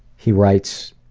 he writes,